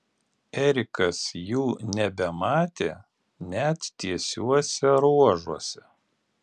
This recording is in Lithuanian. erikas jų nebematė net tiesiuose ruožuose